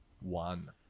one